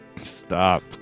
Stop